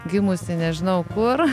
gimusį nežinau kur